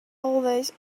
always